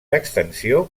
extensió